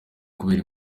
kubera